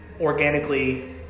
organically